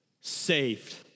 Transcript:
Saved